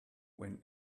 when